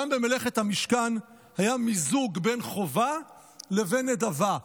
גם במלאכת המשכן היה מיזוג בין חובה לבין נדבה.